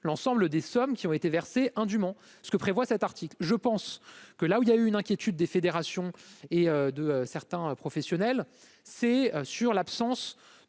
l'ensemble des sommes qui ont été versés indûment ce que prévoit cet article, je pense que là où il y a une inquiétude des fédérations et de certains professionnels, c'est sur l'absence